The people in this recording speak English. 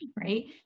right